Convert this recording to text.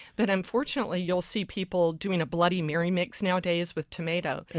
but unfortunately you'll see people doing a bloody mary mix nowadays with tomato.